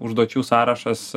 užduočių sąrašas